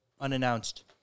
Unannounced